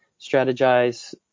strategize